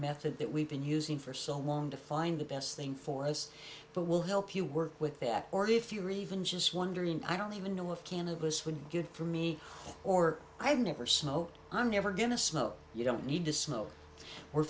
method that we've been using for so long to find the best thing for us but we'll help you work with that or if you're even just wondering i don't even know if cannabis would be good for me or i've never smoked i'm never going to smoke you don't need to smoke we're